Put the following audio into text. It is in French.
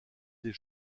des